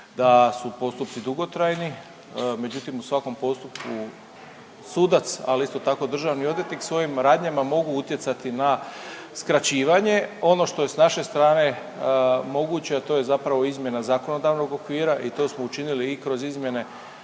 da su postupci dugotrajni. Međutim, u svakom postupku sudac, ali tako i državni odvjetnik svojim radnjama mogu utjecati na skraćivanje. Ono što je s naše strane moguće, a to je zapravo izmjena zakonodavnog okvira i to smo učinili i kroz izmjene